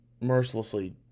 mercilessly